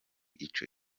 ico